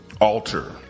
alter